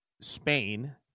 Spain